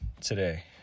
today